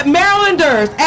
Marylanders